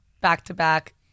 back-to-back